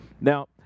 Now